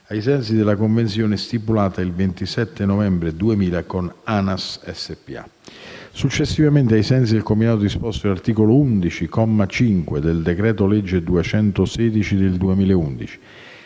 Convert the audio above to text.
ai sensi della convenzione stipulata il 27 novembre 2000 con ANAS SpA. Successivamente, ai sensi del combinato disposto dell'articolo 11, comma 5, del decreto-legge n. 216 del 2011,